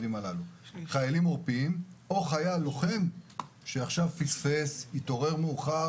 חיילים עורפיים או חייל לוחם שפספס את ההסעה,